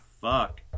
fuck